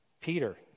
Peter